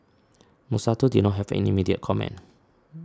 Monsanto did not have an immediate comment